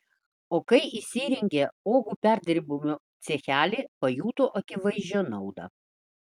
o kai įsirengė uogų perdirbimo cechelį pajuto akivaizdžią naudą